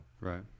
Right